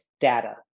data